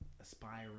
aspiring